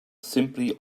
simply